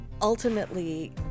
Ultimately